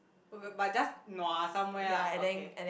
b~ b~ but just nua somewhere lah okay